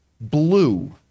blue